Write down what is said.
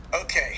Okay